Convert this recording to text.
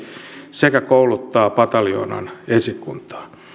sekä kouluttaa pataljoonan esikuntaa